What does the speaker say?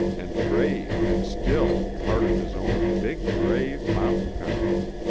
and grave and still, part of his own big, grave, mountain country,